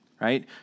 right